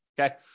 Okay